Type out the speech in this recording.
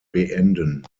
beenden